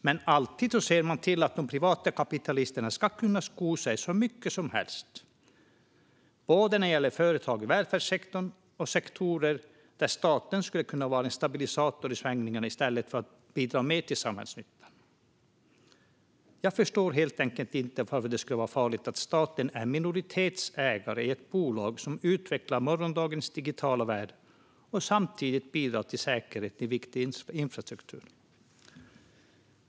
Men man ser alltid till att de privata kapitalisterna ska kunna sko sig hur mycket som helst, både när det gäller företag i välfärdssektorn och när det gäller sektorer där staten skulle kunna vara en stabilisator i svängningarna och i stället bidra till mer samhällsnytta. Jag förstår helt enkelt inte varför det skulle vara farligt att staten är minoritetsägare i ett bolag som utvecklar morgondagens digitala värld och samtidigt bidrar till säkerhet i viktig infrastruktur.